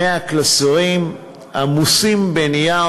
100 קלסרים עמוסים בנייר,